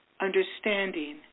understanding